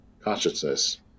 consciousness